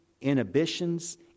inhibitions